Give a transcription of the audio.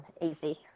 Easy